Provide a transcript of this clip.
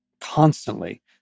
constantly